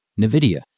NVIDIA